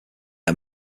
are